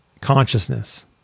consciousness